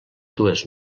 dues